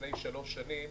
לפני שלוש שנים,